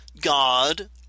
God